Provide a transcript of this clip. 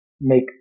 make